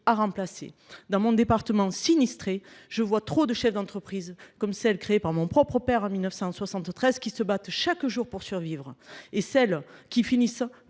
remplacer. Dans mon département sinistré, je vois trop de chefs d'entreprise comme celles créées par mon propre père en 1973 qui se battent chaque jour pour survivre et celles qui finissent par